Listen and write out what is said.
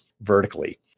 vertically